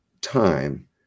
time